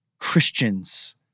Christians